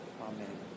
Amen